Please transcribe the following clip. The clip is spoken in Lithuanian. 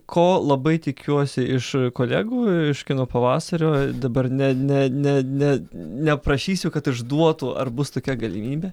ko labai tikiuosi iš kolegų iš kino pavasario dabar ne ne ne ne neprašysiu kad išduotų ar bus tokia galimybė